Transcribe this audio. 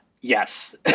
Yes